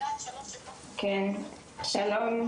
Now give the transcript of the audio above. שלום,